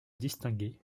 distingué